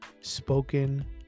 spoken